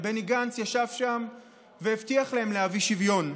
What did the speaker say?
ובני גנץ ישב שם והבטיח להם להביא שוויון.